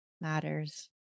matters